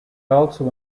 also